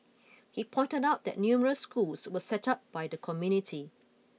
he pointed out that numerous schools were set up by the community